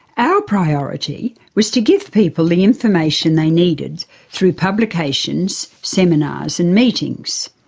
our priority was to give people the information they needed through publications, seminars, and meetings.